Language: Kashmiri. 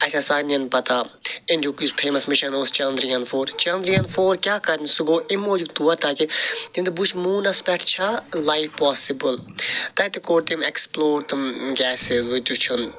اَسہِ آسہِ سارنِین پتہ اِنڈیِہُک یُس فیمس مِشَن اوس چنٛدِریان فور چنٛدرِیان فور کیٛاہ کرنہِ سُہ گوٚو اَمہِ موٗجوٗب تور تاکہِ تٔمۍ دوٚپ بہٕ وٕچھِ موٗنس پٮ۪ٹھ چھا لایِف پاسِبٕل تَتہِ کور تٔمۍ اٮ۪کٕسپُلور تِم گٮ۪سِز وٕچھُن